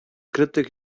krytyk